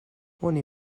oni